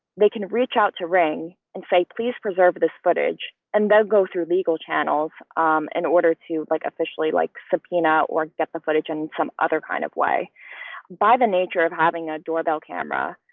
they can reach out to ring and say, please preserve this footage and they'll go through legal channels in um and order to like officially like subpoena or get the footage and some other kind of way by the nature of having a doorbell camera.